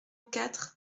quatre